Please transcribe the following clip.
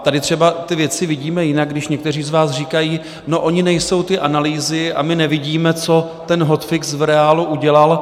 Tady třeba ty věci vidíme jinak, když někteří z vás říkají: No ony nejsou ty analýzy a my nevidíme, co ten hotfix v reálu udělal.